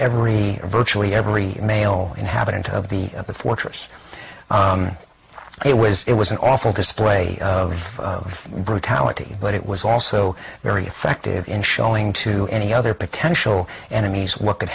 every virtually every male inhabitant of the at the fortress on it was it was an awful display of brutality but it was also very effective in showing to any other potential enemies what could